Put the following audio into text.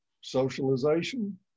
socialization